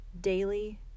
daily